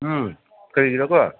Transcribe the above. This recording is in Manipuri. ꯎꯝ ꯀꯔꯤꯒꯤꯔ ꯀꯣ